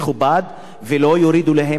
ולא יורידו להם את המכנסיים,